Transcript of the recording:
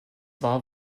war